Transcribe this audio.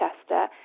Chester—